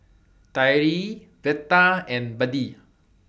Tyree Veta and Buddy